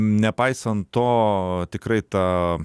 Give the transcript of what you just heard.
nepaisant to tikrai ta